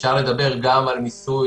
אפשר לדבר גם על מיסוי